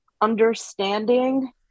understanding